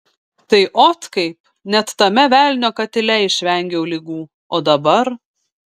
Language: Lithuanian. tai ot kaip net tame velnio katile išvengiau ligų o dabar